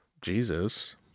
Jesus